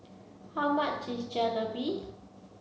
how much is Jalebi